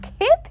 hip